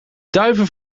duiven